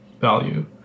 value